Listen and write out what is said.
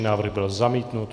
Návrh byl zamítnut.